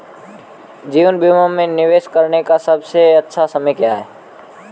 जीवन बीमा में निवेश करने का सबसे अच्छा समय क्या है?